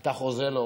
אתה חוזה לו